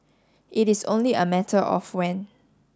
it is only a matter of when